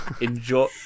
enjoy